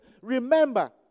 Remember